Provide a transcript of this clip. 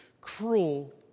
cruel